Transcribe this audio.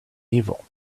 evil